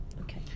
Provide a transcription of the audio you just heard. Okay